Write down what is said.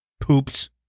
poops